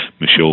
Michelle